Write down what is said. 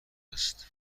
است